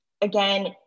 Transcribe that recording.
again